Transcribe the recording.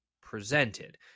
presented